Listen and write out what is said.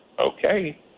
okay